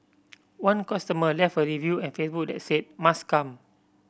one customer left a review at Facebook that said must come